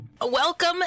Welcome